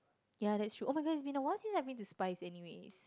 ya that's true oh-my-god it has been a while since I went to Spize anyways